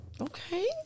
Okay